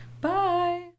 Bye